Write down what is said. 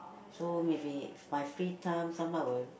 so maybe it's my free time sometime I will